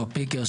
או פיקר,